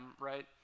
right